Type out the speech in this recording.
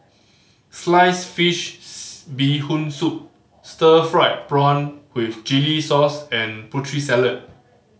sliced fish's Bee Hoon Soup stir fried prawn with chili sauce and Putri Salad